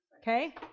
Okay